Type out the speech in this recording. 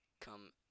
Come